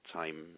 time